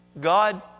God